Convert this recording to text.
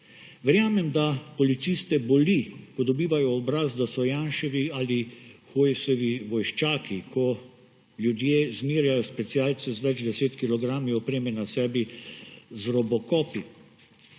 Verjamem, da policiste boli, ko dobivajo v obraz, da so Janševi ali Hojsovi vojščaki, ko ljudje zmerjajo specialce z več deset kilogrami opreme na sebi z robocopi,